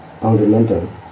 fundamental